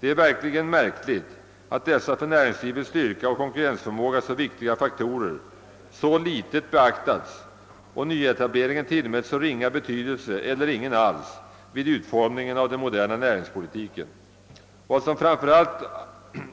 Det är ytterst märkligt, att dessa för näringslivets styrka och konkurrensförmåga viktiga faktorer så litet beaktats och att nyetableringen tillmäts så ringa eller rent av ingen betydelse vid utformningen av den moderna näringspolitiken. Vad som